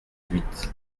huit